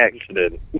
accident